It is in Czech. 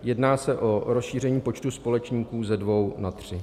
Jedná se o rozšíření počtu společníků ze dvou na tři.